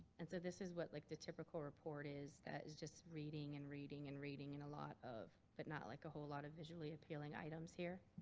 and so this is what like the typical report is that is just reading and reading and reading and a lot of. but not like a whole a lot of a visually appealing items here.